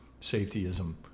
safetyism